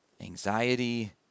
anxiety